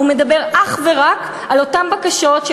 הוא מדבר אך ורק על אותן בקשות של